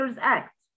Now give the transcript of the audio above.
Act